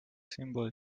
symbol